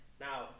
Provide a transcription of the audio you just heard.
Now